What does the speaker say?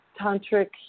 tantric